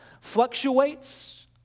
fluctuates